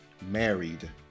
married